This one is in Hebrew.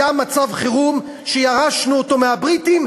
היה מצב חירום שירשנו מהבריטים,